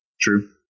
True